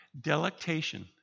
Delectation